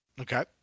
Okay